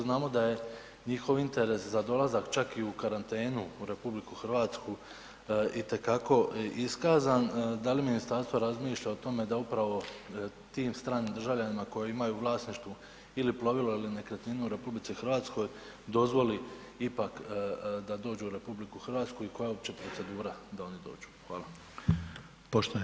Znamo da je njihov interes za dolazak čak i u karantenu u RH itekako iskazan, da li ministarstvo razmišlja o tome da upravo tim stranim državljanima koji imaju u vlasništvu ili plovilo ili nekretninu u RH, dozvoli ipak da dođu u RH i koja je uopće procedura da oni dođu?